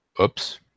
Oops